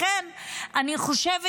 לכן אני חושבת,